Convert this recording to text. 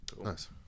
Nice